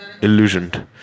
illusioned